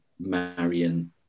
Marion